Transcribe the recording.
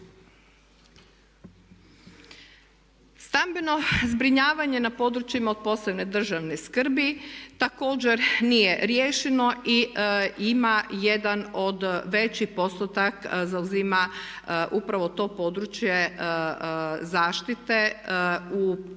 Stambeno zbrinjavanje na područjima od posebne državne skrbi također nije riješeno i ima jedan od, veći postotak zauzima upravo to područje zaštite u onih